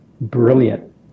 brilliant